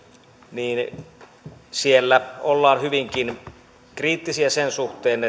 niin siellä ollaan hyvinkin kriittisiä sen suhteen